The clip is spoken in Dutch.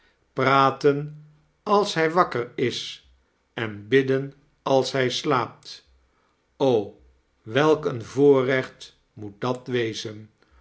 praten als hij wakker is en bidden als hij slaapt o welk een voorrecht moet dat wezen